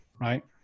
Right